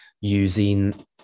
using